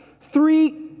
three